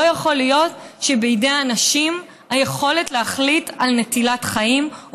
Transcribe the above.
לא יכול להיות שבידי אנשים תהיה היכולת להחליט על נטילת חיים,